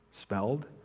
spelled